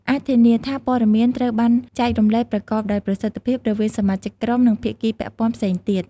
អាចធានាថាព័ត៌មានត្រូវបានចែករំលែកប្រកបដោយប្រសិទ្ធភាពរវាងសមាជិកក្រុម និងភាគីពាក់ព័ន្ធផ្សេងទៀត។